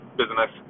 business